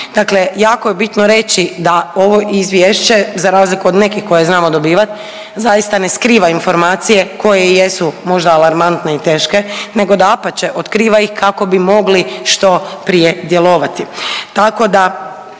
Dakle jako je bitno reći da ovo izvješće za razliku od nekih koje znamo dobivat zaista ne skriva informacije koje jesu možda alarmantne i teške nego dapače otkriva ih kako bi mogli što prije djelovati.